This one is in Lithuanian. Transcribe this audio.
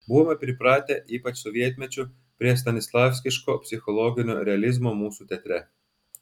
buvome pripratę ypač sovietmečiu prie stanislavskiško psichologinio realizmo mūsų teatre